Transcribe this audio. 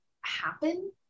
happen